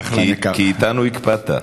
כי אתנו הקפדת.